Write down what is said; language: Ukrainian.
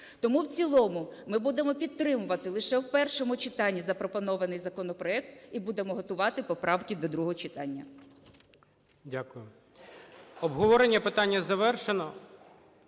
Тому в цілому ми будемо підтримувати лише в першому читанні запропонований законопроект і будемо готувати поправки до другого читання.